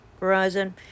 Verizon